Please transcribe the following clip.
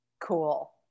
Cool